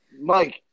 Mike